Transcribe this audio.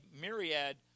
myriad